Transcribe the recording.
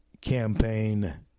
campaign